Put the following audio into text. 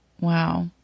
Wow